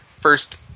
first